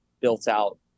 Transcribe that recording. built-out